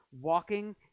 walking